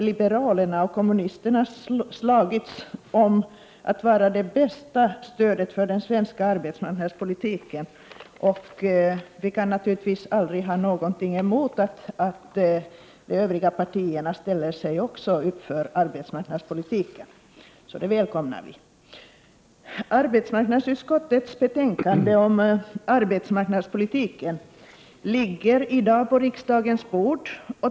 Liberalerna och kommunisterna har slagits om att vara det bästa stödet för den svenska arbetsmarknadspolitiken. Vi socialdemokrater kan naturligtvis aldrig ha någonting emot att de övriga partierna också ställer upp för arbetsmarknadspolitiken. Det välkomnar vi. Arbetsmarknadsutskottets betänkande om arbetsmarknadspolitiken ligger i dag på riksdagens bord.